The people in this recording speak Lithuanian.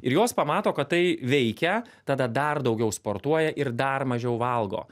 ir jos pamato kad tai veikia tada dar daugiau sportuoja ir dar mažiau valgo